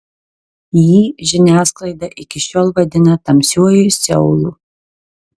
jį žiniasklaida iki šiol vadina tamsiuoju seulu